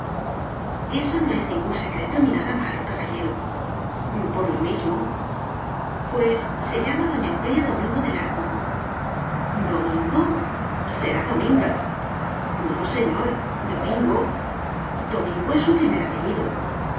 eso no es ningún secreto ni nada malo caballero por lo mismo pues se llama doña eugenia domingo del arco domingo será dominga no señor domingo domingo es su primer apellido